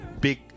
big